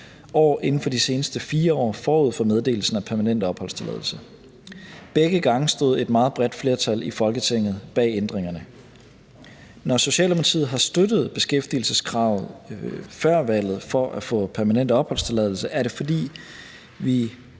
år inden for de seneste 4 år forud for meddelelsen af permanent opholdstilladelse. Begge gange stod et meget bredt flertal i Folketinget bag ændringerne. Når Socialdemokratiet før valget har støttet beskæftigelseskravet for at få permanent opholdstilladelse, er det, fordi vi